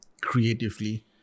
creatively